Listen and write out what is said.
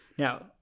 Now